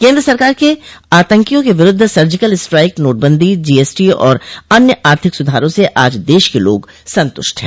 केन्द्र सरकार के आतंकियों के विरूद्ध सर्जिकल स्ट्राइक नोटबंदी जीएसटी और अन्य आर्थिक सुधारों से आज देश के लोग संतुष्ट है